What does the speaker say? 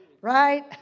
Right